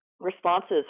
responses